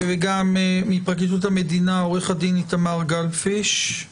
וגם מפרקליטות המדינה עורך הדין איתמר גלפיש;